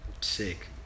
Sick